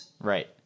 Right